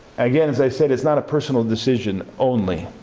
again, as i said, it's not a personal decision only.